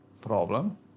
problem